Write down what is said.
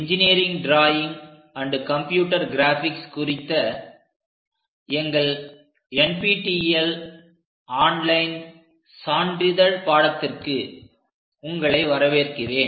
engineering drawing and computer graphics குறித்த எங்கள் NPTEL online சான்றிதழ் பாடத்திற்கு உங்களை வரவேற்கிறேன்